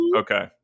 okay